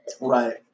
Right